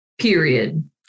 Period